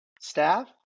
staff